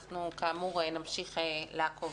אנחנו, כאמור, נמשיך לעקוב.